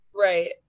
right